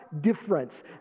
difference